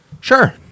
Sure